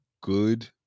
good